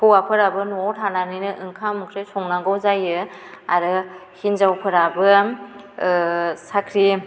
हौवाफोराबो न'आव थानानैनो ओंखाम ओंख्रि संनांगौ जायो आरो हिन्जावफोराबो साख्रि